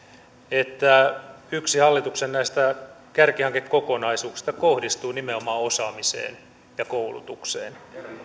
että yksi näistä hallituksen kärkihankekokonaisuuksista kohdistuu nimenomaan osaamiseen ja koulutukseen